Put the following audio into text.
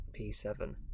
P7